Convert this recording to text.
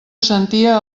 sentia